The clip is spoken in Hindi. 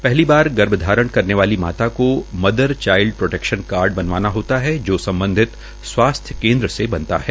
पहली बार गर्भाधारण करने वाली माता को मदर चाईल्ड प्रोटेक्शन कार्ड बनवाना होता है जो सम्बधित स्वास्थ्य केन्द्र से बनता है